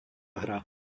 hra